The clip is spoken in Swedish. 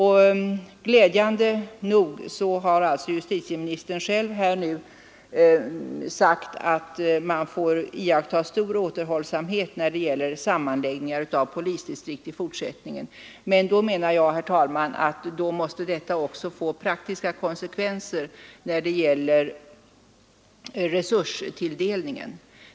Glädjande nog har justitieministern själv nu sagt att man får iaktta stor återhållsamhet när det gäller sammanläggningar av polisdistrikt i fortsättningen. Jag menar, herr talman, att detta också måste få praktiska konsekvenser i fråga om resurstilldelningen.